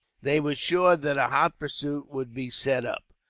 they were sure that a hot pursuit would be set up.